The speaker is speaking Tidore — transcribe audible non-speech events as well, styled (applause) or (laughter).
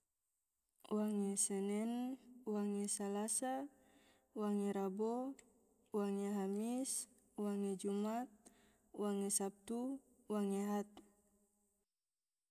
(noise) wange senen, wange salasa, wange rabo, wange hamis, wange jumat, wange sabtu, wange had.